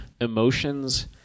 emotions